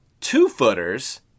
Two-footers